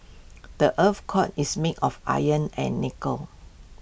the Earth's core is made of iron and nickel